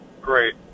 Great